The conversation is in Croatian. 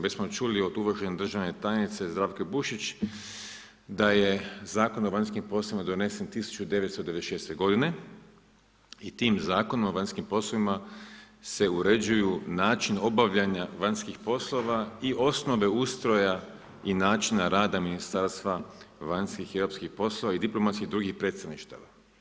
Već smo čuli od uvažene državne tajnice Zdravke Bušić da je Zakon o vanjskim poslovima donesen 1996. godine i tim zakonom se uređuju način obavljanja vanjskih poslova i osnove ustroja i načina rada Ministarstva vanjskih i europskih poslova i diplomatskih i drugih predstavništava.